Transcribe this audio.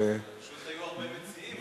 פשוט היו הרבה מציעים,